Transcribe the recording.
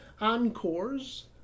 encores